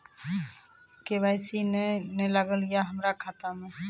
KYC ने न लागल या हमरा खाता मैं?